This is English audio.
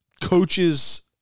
coaches